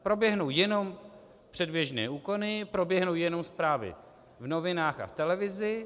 Proběhnou jenom předběžné úkony, proběhnou jenom zprávy v novinách a v televizi.